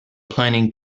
planning